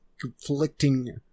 conflicting